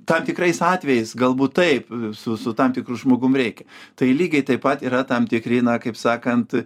tam tikrais atvejais galbūt taip su su tam tikru žmogum reikia tai lygiai taip pat yra tam tikri na kaip sakant